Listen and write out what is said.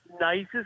nicest